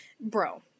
bro